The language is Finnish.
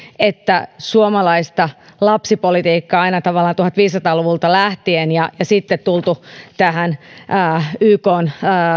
että suomalaista lapsipolitiikkaa aina tavallaan tuhatviisisataa luvulta lähtien ja sitten tultu ykn